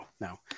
no